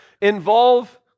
involve